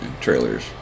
Trailers